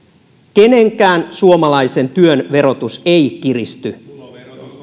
kenenkään suomalaisen työn verotus ei kiristy